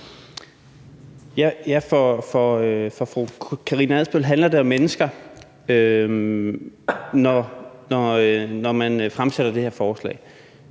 for fru Karina Adsbøl handler det om mennesker, når man fremsætter det her forslag.